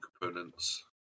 components